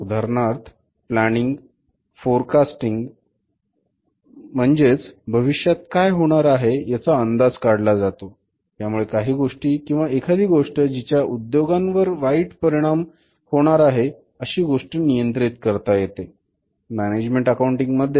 उदाहरणार्थ प्लॅनिंग ची प्रक्रिया सविस्तरपणे शिकणार आहोत